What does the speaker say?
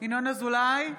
ינון אזולאי,